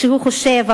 ושהוא חושב,